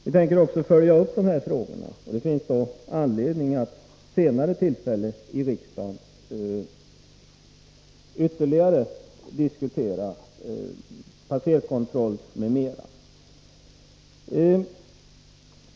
Vi tänker också följa upp de här frågorna, och det finns anledning att vid senare tillfälle i riksdagen ytterligare diskutera passerkontroll m.m.